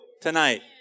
tonight